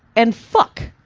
and fuck.